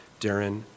Darren